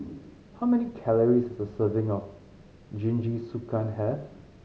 how many calories does a serving of Jingisukan have